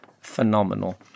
phenomenal